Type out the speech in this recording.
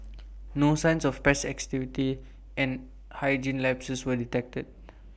no signs of pest activity and hygiene lapses were detected